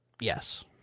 Yes